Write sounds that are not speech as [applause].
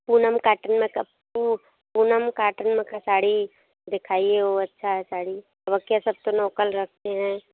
Poonam cotton [unintelligible] का Poonam cotton मा का साड़ी दिखाइए वो अच्छा है साड़ी बकिया सब तो नोकल रखते हैं